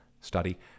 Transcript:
study